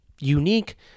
Unique